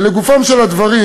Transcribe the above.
לגופם של הדברים,